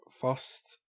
Fast